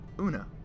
Una